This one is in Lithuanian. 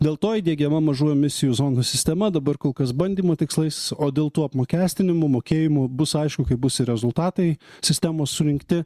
dėl to įdiegiama mažų emisijų zonų sistema dabar kol kas bandymų tikslais o dėl tų apmokestinimų mokėjimų bus aišku kai bus ir rezultatai sistemos surinkti